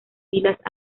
filas